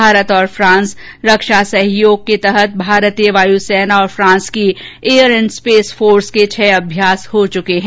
भारत और फ्रांस रक्षा सहयोग के तहत भारतीय वायुसेना और फ्रांस की एयर एंड स्पेस फोर्स के छह अभ्यास हो चुके हैं